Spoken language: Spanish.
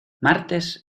martes